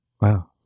Wow